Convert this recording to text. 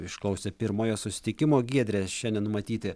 išklausė pirmojo susitikimo giedre šiandien numatyti